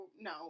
no